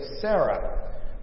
Sarah